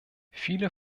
viele